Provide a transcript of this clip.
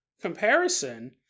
comparison